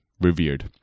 revered